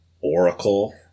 oracle